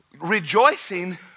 rejoicing